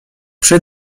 przy